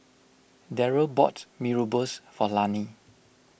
Darryll bought Mee Rebus for Lani